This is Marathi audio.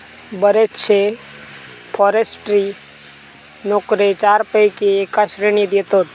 बरेचशे फॉरेस्ट्री नोकरे चारपैकी एका श्रेणीत येतत